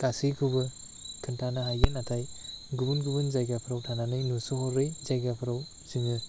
गासैखौबो खिन्थानो हायो नाथाय गुबुन गुबुन जायगाफ्राव थानानै नुस'हरै जायगाफ्राव जोङो